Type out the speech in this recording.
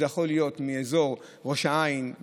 זה יכול להיות מאזור ראש העין,